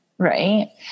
right